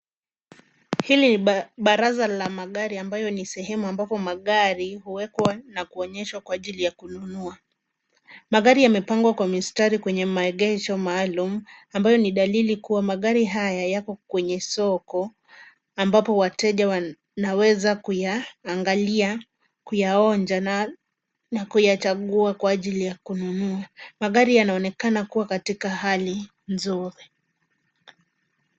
Hili ni baraza la magari ambayo ni sehemu ambapo magari huwekwa na kuonyeshwa kwa ajili ya kunua. Magari yamepangwa kwa mistari kwenye maegesho maalum ambayo ni dalili kuwa magari haya yako kwenye soko ambayo wateja wanaweza kuyaangalia, kuyaonja na kuyachagua kwa ajili ya kuyanunua. Magari yanaonekana kuwa katika hali nzuri.